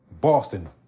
Boston